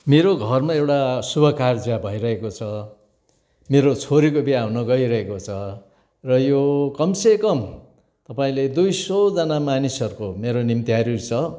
मेरो घरमा एउटा शुभ कार्य भइरहेको छ मेरो छोरीको बिहा हुन गइरहेको छ र यो कमसे कम तपाईँले दुई सयजना मानिसहरूको मेरो निम्त्यारूहरू छ